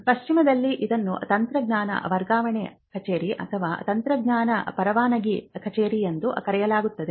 ಪಶ್ಚಿಮದಲ್ಲಿ ಇದನ್ನು ತಂತ್ರಜ್ಞಾನ ವರ್ಗಾವಣೆ ಕಚೇರಿ ಅಥವಾ ತಂತ್ರಜ್ಞಾನ ಪರವಾನಗಿ ಕಚೇರಿ ಎಂದು ಕರೆಯಲಾಗುತ್ತದೆ